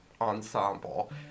ensemble